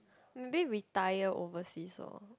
maybe retire overseas lor